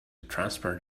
transparent